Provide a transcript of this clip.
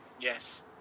Yes